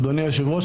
אדוני היושב-ראש,